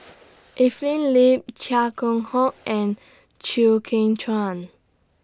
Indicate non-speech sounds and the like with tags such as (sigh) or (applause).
(noise) Evelyn Lip Chia Keng Hock and Chew Kheng Chuan